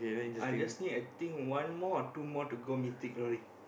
I just need I think one more or two more to go Mythic-Glory